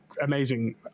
amazing